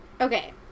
Okay